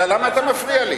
למה אתה מפריע לי?